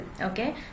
Okay